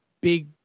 big